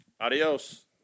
Adios